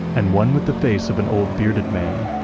and one with the face of an old, bearded man.